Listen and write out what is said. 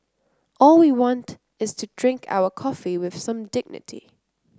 all we want is to drink our coffee with some dignity